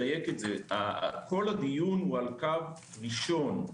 כל הדיון הוא על קו ראשון,